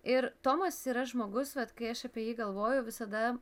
ir tomas yra žmogus vat kai aš apie jį galvoju visada